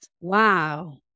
Wow